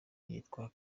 yitwa